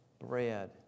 bread